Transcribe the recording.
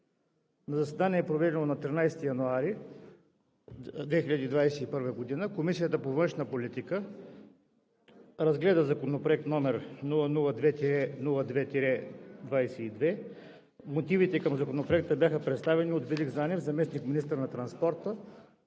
На заседание, проведено на 13 януари 2021 година, Комисията по външна политика разгледа Законопроект № 002-02-22. Мотивите към Законопроекта бяха представени от Велик Занев – заместник министър на транспорта,